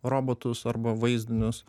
robotus arba vaizdinius